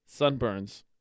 Sunburns